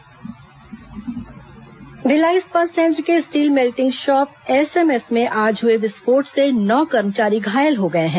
BSP दुर्घटना भिलाई इस्पात संयंत्र के स्टील मेल्टिंग शॉप एसएमएस में आज हुए विस्फोट से नौ कर्मचारी घायल हो गए हैं